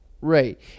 Right